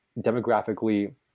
demographically